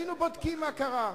היינו בודקים מה קרה.